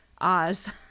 Oz